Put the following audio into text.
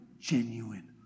genuine